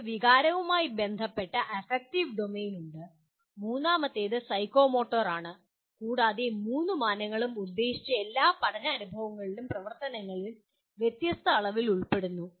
നിങ്ങൾക്ക് വികാരവുമായി ബന്ധപ്പെട്ട അഫക്റ്റീവ് ഡൊമെയ്ൻ ഉണ്ട് മൂന്നാമത്തേത് സൈക്കോമോട്ടോർ ആണ് കൂടാതെ മൂന്ന് മാനങ്ങളും ഉദ്ദേശിച്ച എല്ലാ പഠന അനുഭവങ്ങളിലും പ്രവർത്തനങ്ങളിലും വ്യത്യസ്ത അളവിൽ ഉൾപ്പെടുന്നു